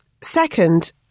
Second